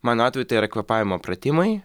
mano atveju tai yra kvėpavimo pratimai